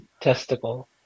testicle